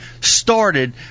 started